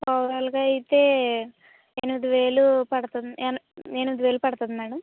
మామూలుగా అయితే ఎనిమిది వేలు పడుతుంది ఎన ఎనిమిది వేలు పడుతుంది మేడం